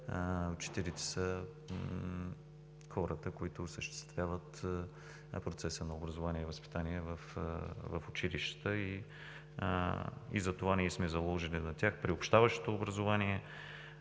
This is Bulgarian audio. Учителите са хората, които осъществяват процеса на образование и възпитание в училищата и затова ние сме заложили на тях. Приобщаващото образование.